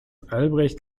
albrecht